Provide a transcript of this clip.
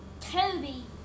Toby